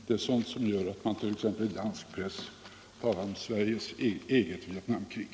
Det är sådant som gör att man t.ex. i dansk press talar om Sveriges eget Vietnamkrig.